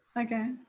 Okay